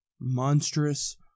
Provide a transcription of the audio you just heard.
monstrous